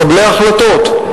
מקבלי החלטות.